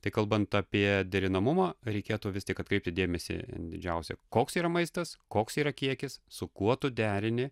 tai kalbant apie derinamumą reikėtų vis tik atkreipti dėmesį didžiausią koks yra maistas koks yra kiekis su kuo tu derini